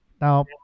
now